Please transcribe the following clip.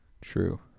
True